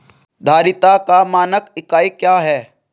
धारिता का मानक इकाई क्या है?